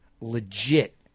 legit